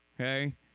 okay